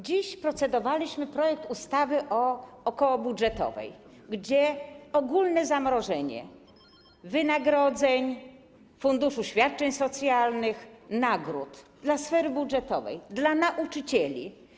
Dziś procedowaliśmy nad projektem ustawy okołobudżetowej, gdzie ogólne zamrożenie wynagrodzeń, Funduszu Świadczeń Socjalnych, nagród dla sfery budżetowej, dla nauczycieli.